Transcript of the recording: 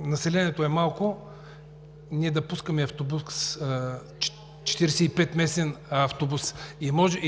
населението е малко, ние да пускаме 45-местен автобус.